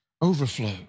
overflow